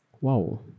wow